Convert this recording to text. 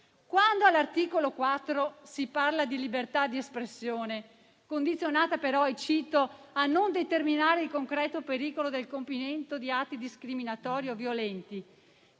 Quando, all'articolo 4, si parla di libertà di espressione, «purché non idonea a determinare il concreto pericolo del compimento di atti discriminatori o violenti»,